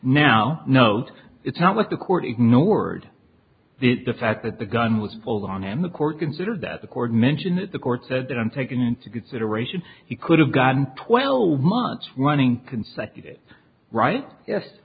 now no it's not what the court ignored the fact that the gun was pulled on him the court considered that the court mentioned that the court that didn't take into consideration he could have gotten twelve months running consecutive right yes